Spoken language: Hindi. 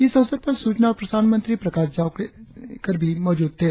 इस अवसर पर सूचना और प्रसारण मंत्री प्रकाश जावड़ेकर भी मौजूद थे